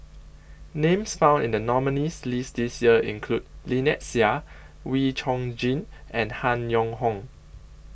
Names found in The nominees' list This Year include Lynnette Seah Wee Chong Jin and Han Yong Hong